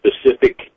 specific